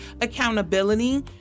accountability